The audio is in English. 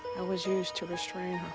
it was used to restrain her.